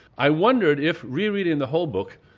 i wondered if, re-reading the whole book,